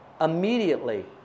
immediately